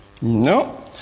No